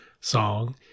song